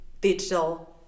digital